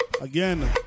Again